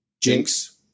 Jinx